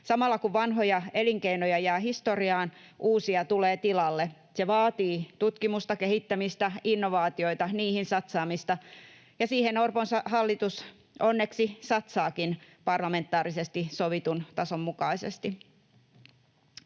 Samalla kun vanhoja elinkeinoja jää historiaan, uusia tulee tilalle. Se vaatii tutkimusta, kehittämistä, innovaatioita, niihin satsaamista, ja siihen Orpon hallitus onneksi satsaakin parlamentaarisesti sovitun tason mukaisesti.